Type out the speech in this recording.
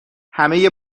همه